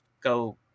go